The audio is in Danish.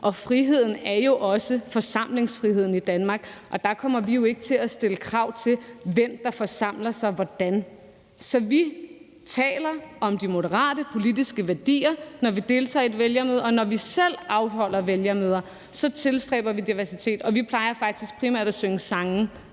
i Danmark er jo også frihed, og der kommer vi ikke til at stille krav til, hvem der forsamler sig og hvordan. Så vi taler om de moderate politiske værdier, når vi deltager i et vælgermøde. Når vi selv afholder vælgermøder, tilstræber vi diversitet, og vi plejer faktisk primært at synge sange,